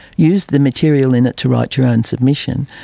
use the material in it to write your own submission.